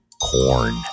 Corn